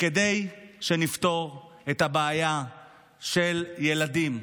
כדי שנפתור את הבעיה של ילדים,